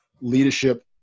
leadership